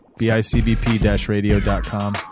bicbp-radio.com